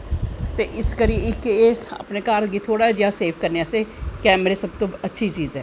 ते इस करी अपनें घर गी थोह्ड़ा जेहा सेफ करनें आस्तै कैमरे सब तो अच्छी चीज़ ऐ